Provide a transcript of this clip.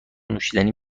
نوشیدنی